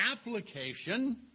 application